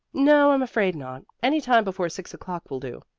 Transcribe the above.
no, i'm afraid not. any time before six o'clock will do.